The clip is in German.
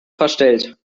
verstellt